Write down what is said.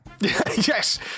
Yes